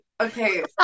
okay